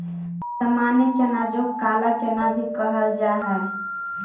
सामान्य चना जो काला चना भी कहल जा हई